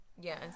Yes